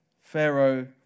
Pharaoh